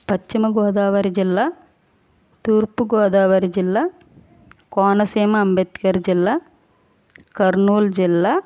పశ్చిమగోదావరి జిల్లా తూర్పుగోదావరి జిల్లా కోనసీమ అంబేద్కర్ జిల్లా కర్నూలు జిల్లా